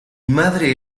madre